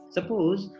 Suppose